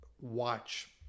watch